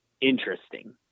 interesting